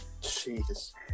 Jesus